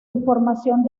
información